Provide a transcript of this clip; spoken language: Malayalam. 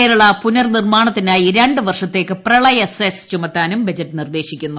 കേരള പുനർ നിർമ്മാണത്തിനായി രണ്ടു വർഷത്തേക്ക് പ്രളയ സെസ് ചുമത്താനും ബജറ്റ് നിർദ്ദേശിക്കുന്നു